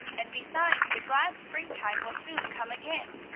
and, besides, the glad springtime will soon come again.